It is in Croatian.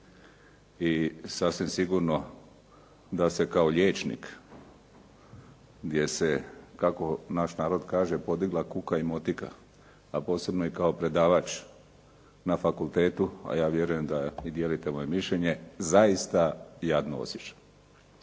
i sasvim sigurno da se kao liječnik gdje se, kako naš narod kaže podigla kuka i motika, a posebno i kao predavač na fakultetu, a ja vjerujem da vi dijelite moje mišljenje, zaista jadno osjećam.